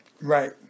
Right